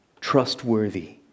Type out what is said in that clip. Trustworthy